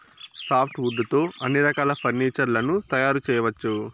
soft wood తో అన్ని రకాల ఫర్నీచర్ లను తయారు చేయవచ్చు